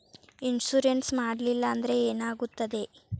Insurance ಮಾಡಲಿಲ್ಲ ಅಂದ್ರೆ ಏನಾಗುತ್ತದೆ?